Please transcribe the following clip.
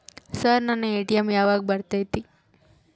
Sir ನನ್ನ ATM ಯಾವಾಗ ಬರತೈತಿ?